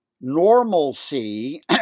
normalcy